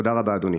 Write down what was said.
תודה רבה, אדוני.